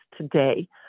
today